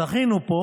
זכינו פה